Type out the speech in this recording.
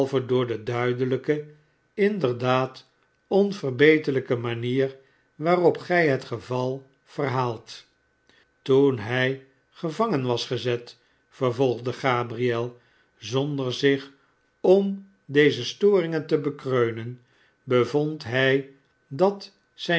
door de duidelijke inderdaad onverbeterlijke manier waarop gij het geyal verhaalt toen hij gevangen was gezet vervolgde gabriel zonder zich om deze storingen te bekreunen bevond hij dat zijn